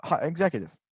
executive